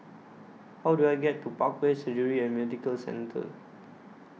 How Do I get to Parkway Surgery and Medical Centre